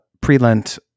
pre-Lent